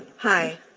hi.